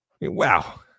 Wow